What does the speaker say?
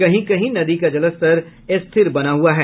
कहीं कहीं नदी का जलस्तर स्थिर बना हुआ है